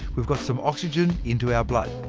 we've got some oxygen into our blood.